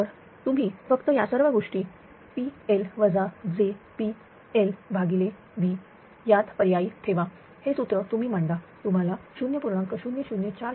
तर तुम्ही फक्त या सर्व गोष्टी PL jPLV यात पर्यायी ठेवा हे सूत्र तुम्ही मांडा तुम्हाला 0